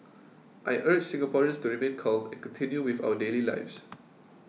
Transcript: I urge Singaporeans to remain calm and continue with our daily lives